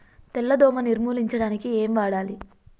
తెల్ల దోమ నిర్ములించడానికి ఏం వాడాలి?